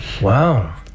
Wow